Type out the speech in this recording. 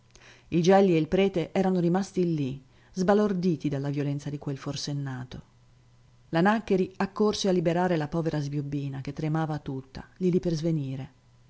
il gelli e il prete erano rimasti lì sbalorditi dalla violenza di quel forsennato la nàccheri accorse a liberare la povera sbiobbina che tremava tutta lì lì per svenire